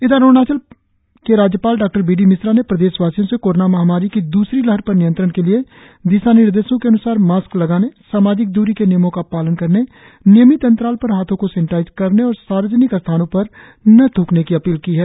इधर अरुणाचल के राज्यपाल डॉ बी मिश्रा ने प्रदेश वासियों से कोरोना महामारी की द्रसरी लहर पर नियंत्रण के लिए दिशानिर्देशों के अन्सार मास्क लगाने सामाजिक द्ररी के नियमों का पालन करने नियमित अंतराल पर हाथों को सेनेटाइज करने और सार्वजनिक स्थलों पर न थ्कनें की अपील की है